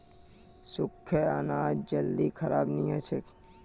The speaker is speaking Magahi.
सुख्खा अनाज जल्दी खराब नी हछेक